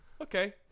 Okay